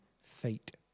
fate